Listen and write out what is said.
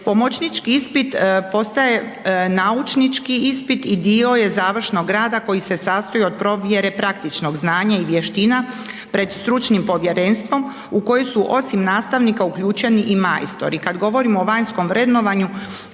Pomoćnički ispit postaje naučnički ispit i dio je završnog rada koji se sastoji od provjere praktičnog znanje i vještina pred stručnim povjerenstvom u koji su osim nastavnika uključeni i majstori. Kada govorimo o vanjskom vrednovanju